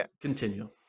continue